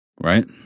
right